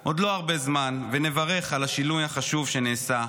לא עוד הרבה זמן ונברך על השינוי החשוב שנעשה,